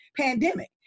pandemic